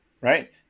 right